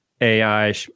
AI